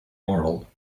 moral